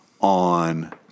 on